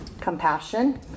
compassion